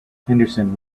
henderson